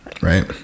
Right